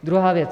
Druhá věc.